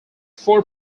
four